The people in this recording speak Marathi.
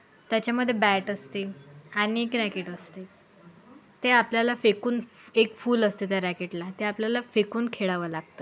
त्याच्यामध्ये बॅट असते आणि एक रॅकेट असते ते आपल्याला फेकून एक फुल असते त्या रॅकेटला ते आपल्याला फेकून खेळावं लागतं